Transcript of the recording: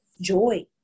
joy